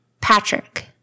Patrick